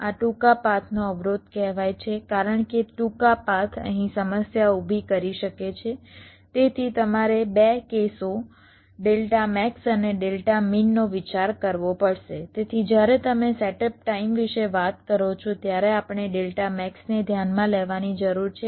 આ ટૂંકા પાથનો અવરોધ કહેવાય છે કારણ કે ટૂંકા પાથ અહીં સમસ્યા ઊભી કરી શકે છે તેથી તમારે 2 કેસો ડેલ્ટા મેક્સ અને ડેલ્ટા મીન નો વિચાર કરવો પડશે તેથી જ્યારે તમે સેટઅપ ટાઇમ વિશે વાત કરો છો ત્યારે આપણે ડેલ્ટા મેક્સને ધ્યાનમાં લેવાની જરૂર છે